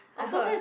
I heard